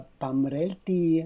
pamrelti